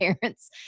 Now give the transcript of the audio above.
parents